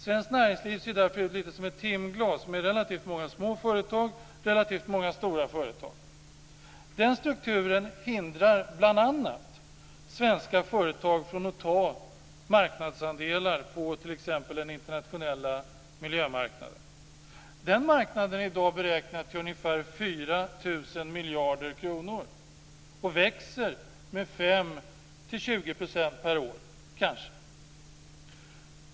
Svenskt näringsliv ser därför ut lite som ett timglas, med relativt många små företag och relativt många stora företag. Den strukturen hindrar bl.a. svenska företag från att ta marknadsandelar på t.ex. den internationella miljömarknaden. Den marknaden är i dag beräknad till ungefär 4 000 miljarder kronor och växer med 5-20 % per år.